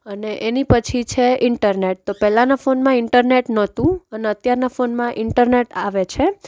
અને એની પછી છે ઈન્ટરનેટ તો પહેલાંના ફોનમાં ઈન્ટરનેટ નહોતું અને અત્યારના ફોનમાં ઈન્ટરનેટ આવે છે